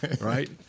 right